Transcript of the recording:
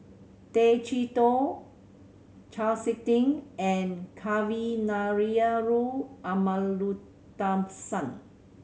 Tay Chee Toh Chau Sik Ting and Kavignareru Amallathasan